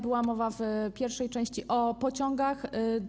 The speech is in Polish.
Była mowa w pierwszej części o pociągach.